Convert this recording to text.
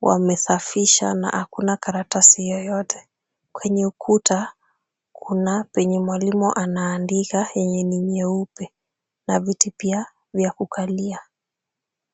wamesafisha na hakuna karatasi yoyote. Kwenye ukuta kuna penye mwalimu anaandika yenye ni nyeupe na viti pia vya kukalia.